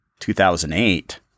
2008